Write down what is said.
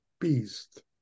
beast